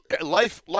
Life